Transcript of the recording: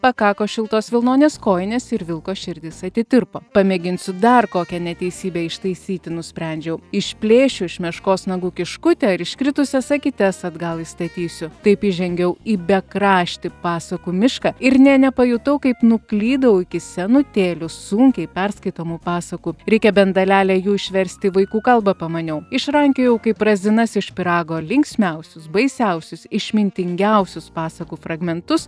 pakako šiltos vilnonės kojinės ir vilko širdis atitirpo pamėginsiu dar kokią neteisybę ištaisyti nusprendžiau išplėšiu iš meškos nagų kiškutį ar iškritusias akytes atgal įstatysiu taip įžengiau į bekraštį pasakų mišką ir nė nepajutau kaip nuklydau iki senutėlių sunkiai perskaitomų pasakų reikia bent dalelę jų išverst į vaikų kalbą pamaniau išrankiojau kaip razinas iš pyrago linksmiausius baisiausius išmintingiausius pasakų fragmentus